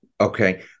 Okay